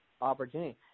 opportunity